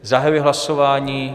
Zahajuji hlasování.